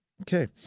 Okay